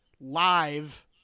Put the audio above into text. live